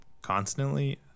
constantly